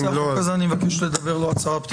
בנושא החוק הזה אני מבקש לדבר לא הצהרת פתיחה.